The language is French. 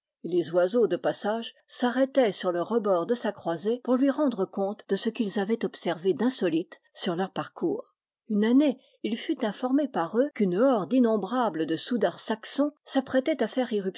les oiseaux de passage s'ar rêtaient sur le rebord de sa croisée pour lui rendre compte de ce qu'ils avaient observé d'insolite sur leur parcours une année il fut informé par eux qu'une horde innom brable de soudards saxons s'apprêtait à faire